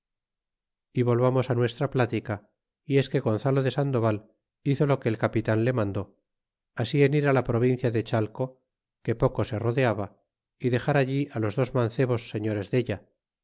y volvamos nuestra plática y es que gonzalo de sandoval hizo lo que el capitan le mandó asi en ir á la provincia de chale que poco se rodeaba y dexar allí los dos mancebos señores della